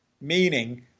meaning